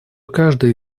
каждый